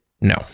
no